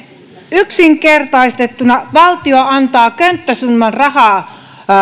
yksinkertaistettuna valtio antaa maakunnille könttäsumman rahaa